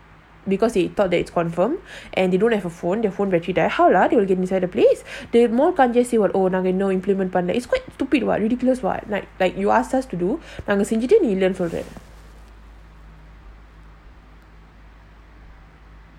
because they thought that it's confirm and they don't have a phone the phone battery die how ah you will get inside the place they more நம்மஇன்னும்:namma innum implement பண்ணல:pannala it's quite stupid what ridiculous what like like you ask us to do but நம்மசெஞ்சிட்டு:namma senjitu